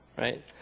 right